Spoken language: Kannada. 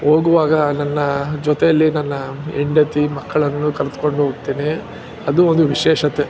ಹೋಗುವಾಗ ನನ್ನ ಜೊತೆಯಲ್ಲಿ ನನ್ನ ಹೆಂಡತಿ ಮಕ್ಕಳನ್ನು ಕರೆದ್ಕೊಂಡೋಗ್ತೀನಿ ಅದು ಒಂದು ವಿಶೇಷತೆ